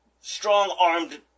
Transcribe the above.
strong-armed